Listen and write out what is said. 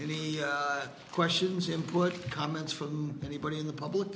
any questions input comments from anybody in the public